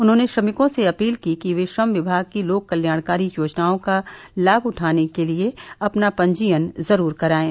उन्होंने श्रमिकों से अपील की कि वह श्रम विभाग की लोक कल्याणकारी योजनाओं का लाभ उठाने के लिये अपना पंजीयन जरूर करायें